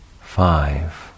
five